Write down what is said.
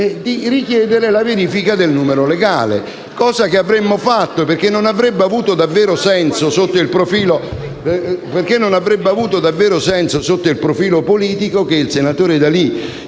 di richiedere la verifica del numero legale*.* Si tratta di una cosa che avremmo fatto, perché non avrebbe avuto davvero senso, sotto il profilo politico, che il senatore D'Alì